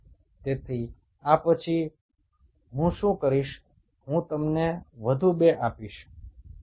তাহলে এখানে আমরা কোর্সটার অনেকটাই শেষ করে ফেলেছি